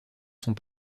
sont